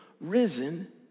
risen